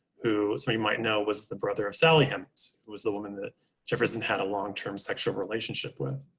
who some of you might know was the brother of sally hemings, who was the woman that jefferson had a long term sexual relationship with.